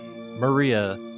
Maria